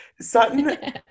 Sutton